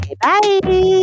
bye